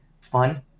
fun